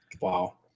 Wow